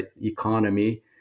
economy